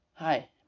Hi